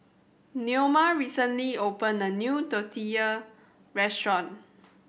Neoma recently opened a new Tortillas Restaurant